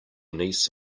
niece